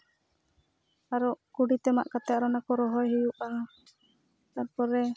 ᱟᱨᱚ ᱠᱩᱰᱤᱛᱮ ᱢᱟᱜ ᱠᱟᱛᱮᱫ ᱚᱱᱟ ᱠᱚ ᱨᱚᱦᱚᱭ ᱦᱩᱭᱩᱜᱼᱟ ᱛᱟᱯᱚᱨᱮ